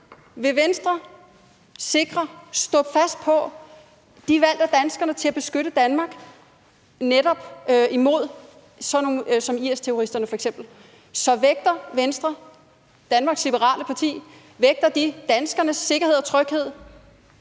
Vil Venstre sikre og stå fast på, at de er valgt af danskerne til at beskytte Danmark netop imod sådan nogle som f.eks. IS-terroristerne? Så vægter Venstre, Danmarks Liberale Parti, danskernes sikkerhed og tryghed